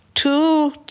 Two